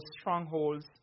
strongholds